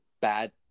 bad